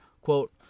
Quote